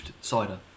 Cider